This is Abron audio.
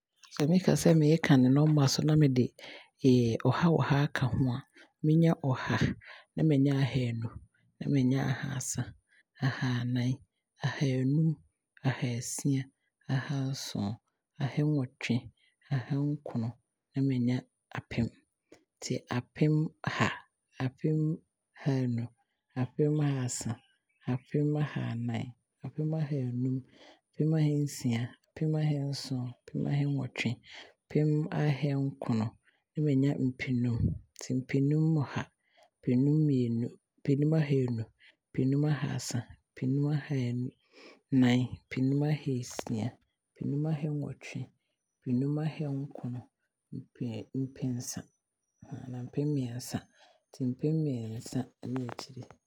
Sɛ meekasɛ meekane nɔma na me de ɔha, ɔha aka ho a mɛnya ɔha, ahaanu, ahaasa, ahanan, ahanum, ahansia, ahanson, ahannwɔtwe, ahankron, apem. Nti apem ha, apem ahanu, apem ahaasa, pem ahaanan, apem ahenun, apem ahensia, apem ahenson, apen ahennwɔtwe, apem ahenkron, na manya mpemmienu. Mpenu ha, mpenu ahaanu, mpenu ahaasa, mpenu ahaanan, mpenu ahanum, mpenu ahansia, mpenu ahanson, mpenu ahennwɔtwe, mpenu ahenkron, mpensa anaa mpem Miɛnsa.